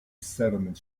settlement